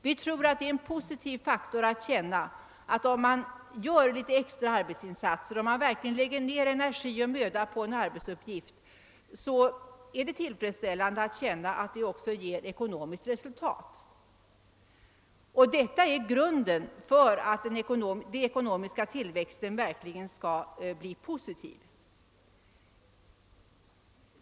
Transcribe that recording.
Vi tror att det är en positiv faktor att man känner att det ger ekonomiskt resultat, om man gör en extra arbetsinsats och verkligen lägger ned energi på en arbetsuppgift. Detta är grunden för att den ekonomiska tillväxten verkligen skall bli positiv.